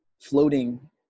floating